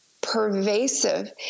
pervasive